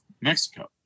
Mexico